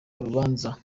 urubanza